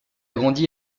grandi